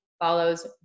follows